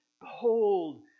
Behold